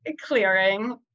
Clearing